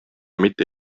mitte